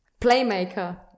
playmaker